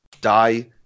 die